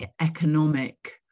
economic